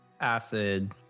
Acid